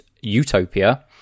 Utopia